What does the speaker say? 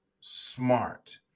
smart